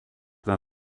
war